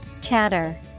chatter